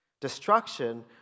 destruction